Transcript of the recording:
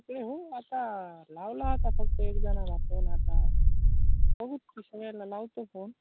के हो आता लावला आता फक्त एकजणं आपण आता बघू तर सगळेला लावतो फोन